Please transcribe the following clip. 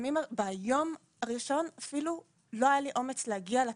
ביום הראשון אפילו לא היה לי אומץ להגיע לפגייה.